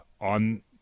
on